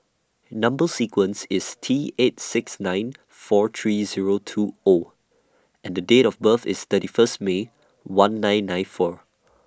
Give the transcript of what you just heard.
Number sequence IS T eight six nine four three Zero two O and Date of birth IS thirty First May one nine nine four